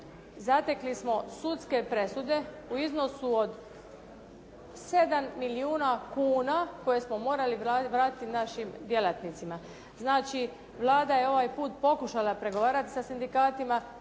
zatekli smo sudske presude u iznosu od 7 milijuna kuna koje smo morali vratiti našim djelatnicima. Znači Vlada je ovaj put pokušala pregovarati sa sindikatima,